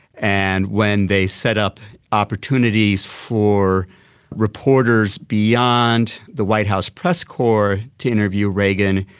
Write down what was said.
and when they set up opportunities for reporters beyond the white house press corps to interview reagan,